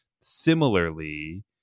similarly